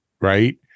right